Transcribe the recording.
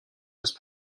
just